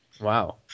Wow